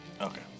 Okay